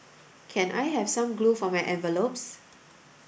can I have some glue for my envelopes